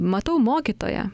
matau mokytoją